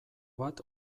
bat